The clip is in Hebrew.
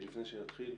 לפני שנתחיל,